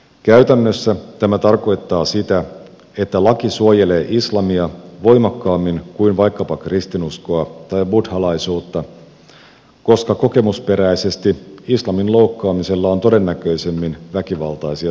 käytännössä tämä tarkoittaa sitä että laki suojelee islamia voimakkaammin kuin vaikkapa kristinuskoa tai buddhalaisuutta koska kokemusperäisesti islamin loukkaamisella on todennäköisemmin väkivaltaisia seuraamuksia